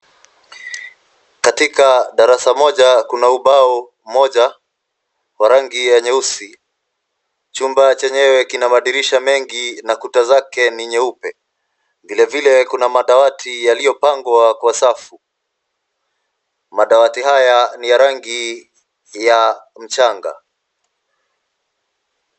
Katika darasa moja kuna ubao mmoja wa rangi ya nyeusi. Chumba chenyewe kina madirisha mengi na kuta zake ni nyeupe. Vilevile kuna madawati yaliyopangwa kwa safu. Madawati haya ni ya rangi ya mchanga.